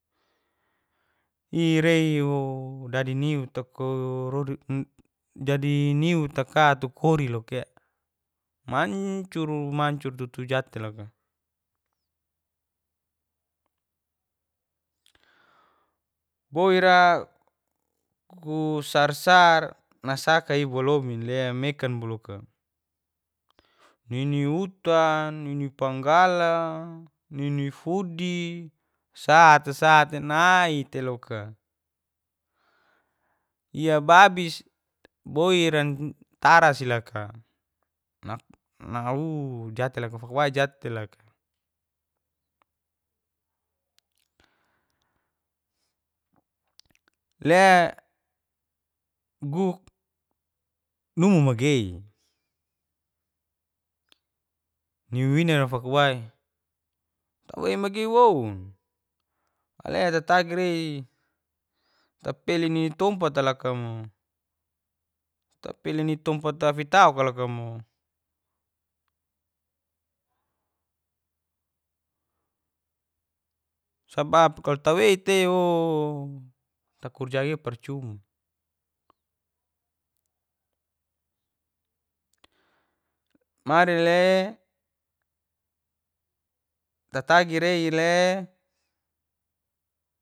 Irewo dadi niu dadi niu taka tu kori lokae mancur mancur tutu jatte lokae boira ku sarsar nasaki bolomi le mekon boloka nini utan nini panggala nini fudi sate sate nia teloka iababis boira natara si loka inahu fakawi jatteloka fakawai jaitteloka le guknumu magei ni wawinara fakawai tawei magei woun ale ta tagi rei tapeli ni tompata loka mo tapeli ni tompat tafitauka lokamo sabap tewiteio takurjaia parcuma marile tatagi rei le